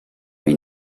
may